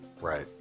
Right